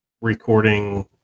recording